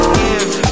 give